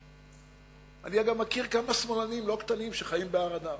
אני מכיר כמה שמאלנים לא קטנים שחיים בהר-אדר